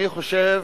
אני חושב